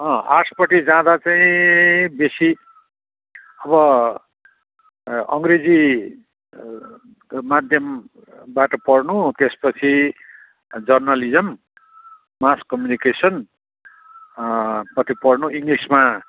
अँ आर्ट्सपट्टि जाँदा चाहिँ बेसी अब अङ्ग्रेजी माध्यमबाट पढ्नु त्यसपछि जर्नलिजम मास कम्युनिकेसन पट्टि पढ्नु इङ्गलिसमा